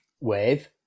wave